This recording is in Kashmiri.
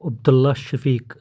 عبداللہ شفیٖق